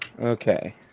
Okay